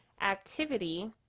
activity